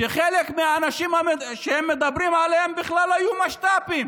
שחלק מהאנשים שהם מדברים עליהם בכלל היו משת"פים